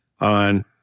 on